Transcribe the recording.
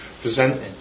presenting